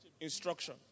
instruction